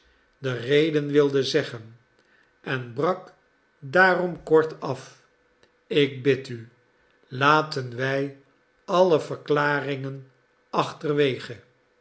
de reden wilde zeggen en brak daarom kort af ik bid u laten wij alle verklaringen achterwege